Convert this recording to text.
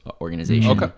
organization